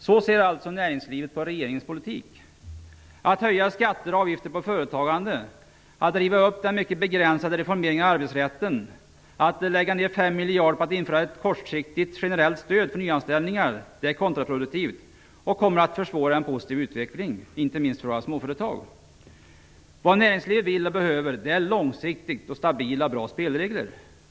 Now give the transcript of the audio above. Så ser alltså näringslivet på regeringens politik. Att höja skatter och avgifter på företagande, att riva upp den mycket begränsade reformeringen av arbetsrätten, att lägga 5 miljarder på att införa ett kortsiktigt generellt stöd för nyanställningar är kontraproduktivt och kommer att försvåra en positiv utveckling, inte minst för våra småföretag. Vad näringslivet vill och behöver är långsiktigt stabila och bra spelregler.